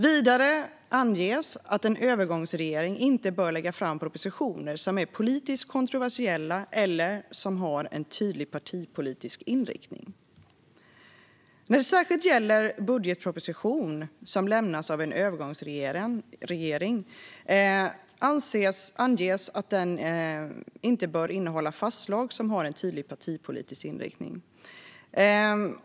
Vidare anges att en övergångsregering inte bör lägga fram propositioner som är politiskt kontroversiella eller har en tydlig partipolitisk inriktning. När det särskilt gäller en budgetproposition som lämnas av en övergångsregering anges att den inte bör innehålla förslag som har en tydlig partipolitisk inriktning.